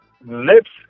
lips